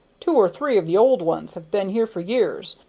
two or three of the old ones have been here for years,